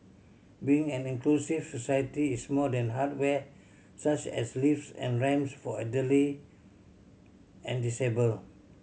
being an inclusive society is more than hardware such as lifts and ramps for elderly and disabled